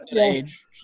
age